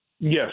Yes